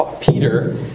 Peter